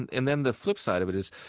and then the flip side of it is,